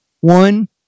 One